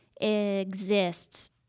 exists